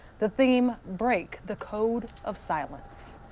the theme, break the code of silence.